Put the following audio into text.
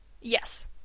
Yes